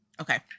Okay